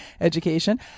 education